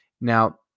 now